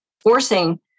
forcing